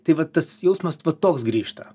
tai va tas jausmas toks grįžta